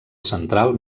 central